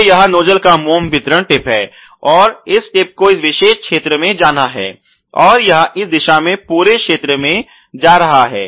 तो यह नोजल का मोम वितरण टिप है और इस टिप को इस विशेष क्षेत्र में जाना है और यह इस दिशा में पूरे क्षेत्र में जा रहा है